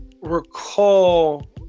recall